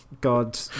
God